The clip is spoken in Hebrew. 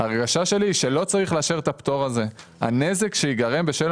ההרגשה שלי היא שלא צריך לאשר את הפטור הזה; הנזק שייגרם בשל